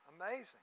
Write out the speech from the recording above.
Amazing